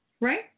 Right